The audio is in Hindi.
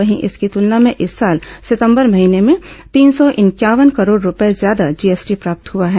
वहीं इसकी तुलना में इस साल सितंबर महीने में तीन सौ इंक्यावन करोड़ रूपये ज्यादा जीएसटी प्राप्त हुआ है